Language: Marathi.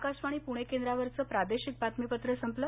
आकाशवाणी पुणे केंद्रावरचं प्रादेशिक बातमीपत्र संपलं